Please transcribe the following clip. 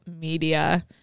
media